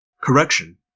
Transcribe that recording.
Correction